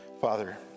Father